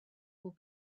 will